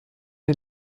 den